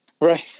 Right